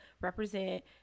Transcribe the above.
represent